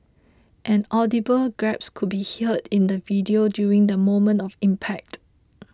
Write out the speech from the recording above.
an audible gasp could be heard in the video during the moment of impact